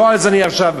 אתה גורם נזק.